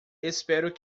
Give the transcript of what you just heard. esperamos